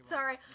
Sorry